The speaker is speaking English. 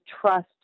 trust